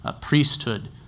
priesthood